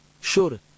Sure